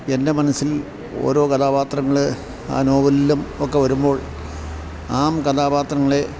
എൻ്റെ മനസ്സിൽ ഓരോ കഥാപാത്രങ്ങൾ ആ നോവൽലും ഒക്കെ വരുമ്പോൾ ആ കഥാപാത്രങ്ങളെ